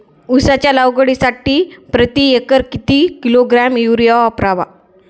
उसाच्या लागवडीसाठी प्रति एकर किती किलोग्रॅम युरिया वापरावा?